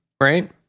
right